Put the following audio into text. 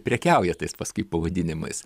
prekiauja tais paskui pavadinimais